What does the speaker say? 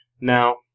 Now